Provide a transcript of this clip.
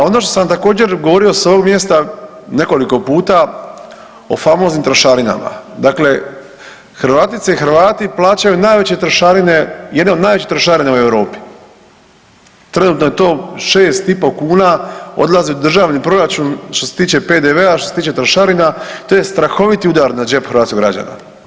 A ono što sam također govorio s ovog mjesta nekoliko puta o famoznim trošarinama, dakle Hrvatice i Hrvati plaćaju najveće trošarine jedne od najvećih trošarina u Europi, trenutno je to 6,5 kuna odlazi u državni proračun što se tiče PDV-a, što se tiče trošarina to je strahoviti udar na džep hrvatskih građana.